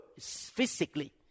physically